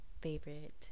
favorite